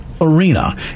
arena